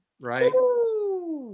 right